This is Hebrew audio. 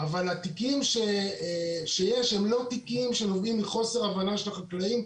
אבל התיקים שיש הם לא תיקים שנובעים מחוסר הבנה של החקלאים,